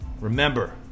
Remember